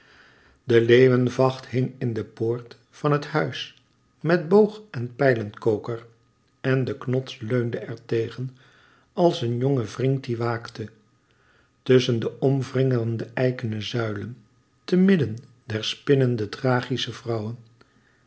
de leeuwenvacht hing in de poort van het huis met boog en pijlenkoker en de knots leunde er tegen als een jonge vriend die waakte tusschen de omwingerde eikene zuilen te midden der spinnende thrachische vrouwen